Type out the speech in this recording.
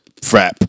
frap